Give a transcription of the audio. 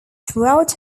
throughout